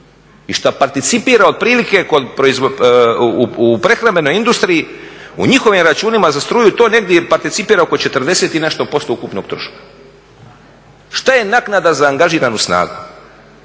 i što participira otprilike u prehrambenoj industriji, u njihovim računima za struju, to negdje participira oko 40 i nešto posto ukupnog troška. Što je naknada za angažiranu snagu?